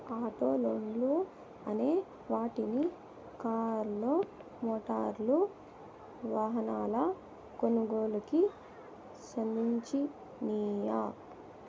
auto లోన్లు అనే వాటిని కార్లు, మోటారు వాహనాల కొనుగోలుకి సంధించినియ్యి